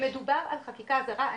כשמדובר על חקירה זרה,